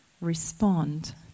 respond